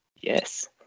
Yes